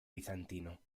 bizantino